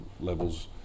levels